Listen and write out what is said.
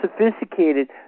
sophisticated